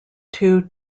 two